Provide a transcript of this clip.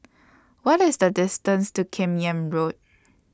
What IS The distance to Kim Yam Road